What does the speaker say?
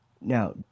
now